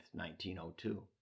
1902